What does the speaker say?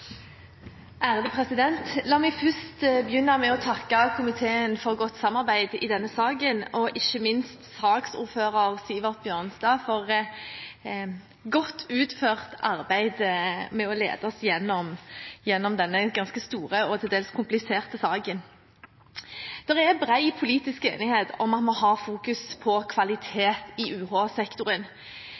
viste til. La meg begynne med å takke komiteen for godt samarbeid i denne saken – og ikke minst saksordføreren, Sivert Bjørnstad, for godt utført arbeid med å lede oss igjennom denne ganske store og til dels kompliserte saken. Det er bred politisk enighet om at vi må fokusere på kvalitet i